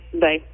Bye